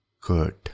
Good